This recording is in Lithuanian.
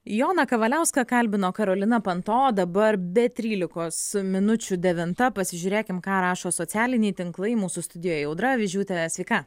joną kavaliauską kalbino karolina panto o dabar be trylikos minučių devinta pasižiūrėkim ką rašo socialiniai tinklai mūsų studijoj audra avižiūtė sveika